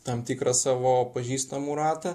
tam tikrą savo pažįstamų ratą